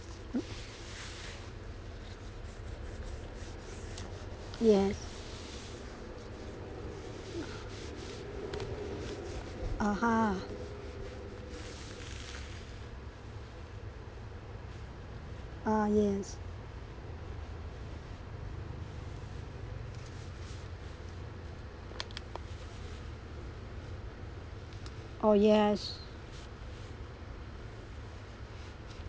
yes (uh huh) uh yes oh yes